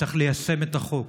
צריך ליישם את החוק.